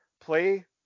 play